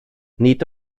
nid